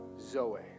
Zoe